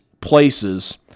places